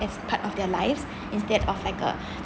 as part of their lives instead of like a